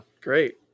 Great